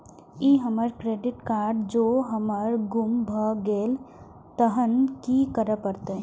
ई हमर credit card जौं हमर गुम भ गेल तहन की करे परतै?